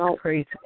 crazy